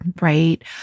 right